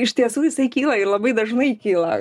iš tiesų jisai kyla ir labai dažnai kyla